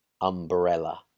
Umbrella